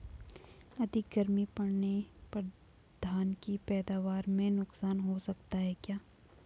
अधिक गर्मी पड़ने पर धान की पैदावार में नुकसान हो सकता है क्या?